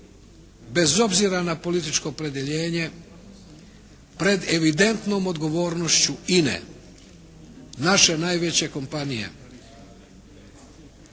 bez obzira na političko opredjeljenje pred evidentnom odgovornošću INA-e naše najveće kompanije.